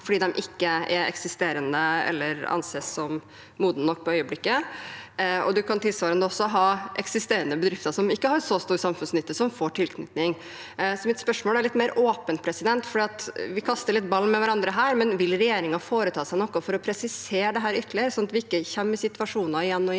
fordi de ikke er eksisterende eller anses som modne nok for øyeblikket. Tilsvarende kan man ha eksisterende bedrifter som ikke har så stor samfunnsnytte, som får tilknytning. Mitt spørsmål er derfor litt mer åpent, for vi kaster litt ball med hverandre her. Vil regjeringen foreta seg noe for å presisere dette ytterligere, sånn at vi ikke igjen og igjen